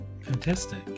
fantastic